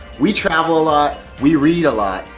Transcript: we travel a lot we read a lot.